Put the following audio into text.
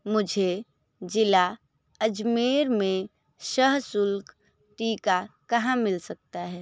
मुझे ज़िला अजमेर में सशुल्क टीका कहाँ मिल सकता है